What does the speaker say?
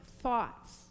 thoughts